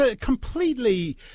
completely